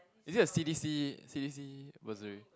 is this a C_D_C C_D_C bursary